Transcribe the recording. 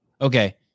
Okay